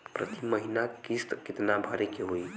प्रति महीना किस्त कितना भरे के होई?